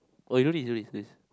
oh you do this do this please